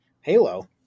Halo